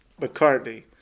McCartney